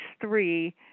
three